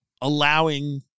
allowing